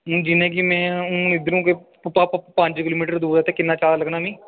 हून जियां कि मैं हून इद्धरा कोई पंज किलोमीटर दूर ऐ ते किन्ना चार्ज लग्गना मी